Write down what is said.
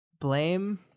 blame